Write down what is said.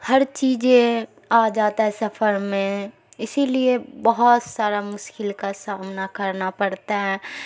ہر چیز آ جاتا ہے سفر میں اسی لیے بہت سارا مشکل کا سامنا کرنا پڑتا ہے